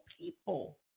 people